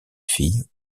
fille